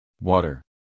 Water